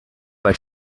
but